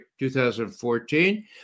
2014